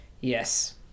yes